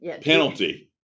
penalty